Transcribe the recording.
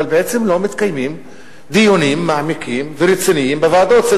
בעצם לא מתקיימים דיונים מעמיקים ורציניים בוועדות.